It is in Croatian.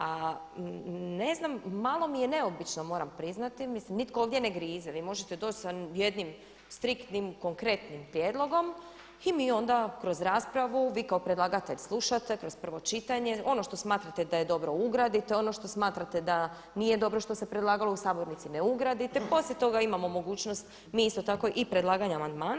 A ne znam, malo mi je neobično, moram priznati, mislim nitko ovdje ne grize, vi možete doći sa jednim striktnim, konkretnim prijedlogom i mi onda kroz raspravu, vi kao predlagatelj slušate kroz prvo čitanje, ono što smatrate da je dobro ugradite, ono što smatrate da nije dobro što se predlagalo u sabornici ne ugradite, poslije toga imamo mogućnost mi isto tako i predlaganja amandmana.